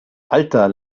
alter